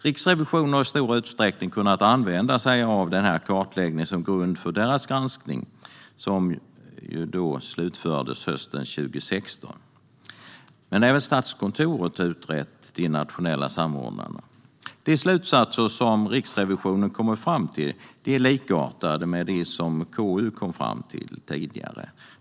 Riksrevisionen har i stor utsträckning kunnat använda denna kartläggning som grund för sin granskning. Denna slutfördes hösten 2016. Även Statskontoret har utrett de nationella samordnarna. De slutsatser som Riksrevisionen kommit fram till liknar de som KU kommit fram till tidigare.